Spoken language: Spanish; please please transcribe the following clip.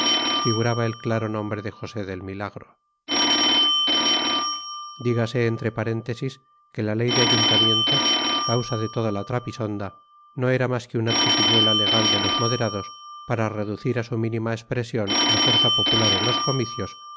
figuraba el claro nombre de josé del milagro dígase entre paréntesis que la ley de ayuntamientos causa de toda la trapisonda no era más que una triquiñuela legal de los moderados para reducir a su mínima expresión la fuerza popular en los comicios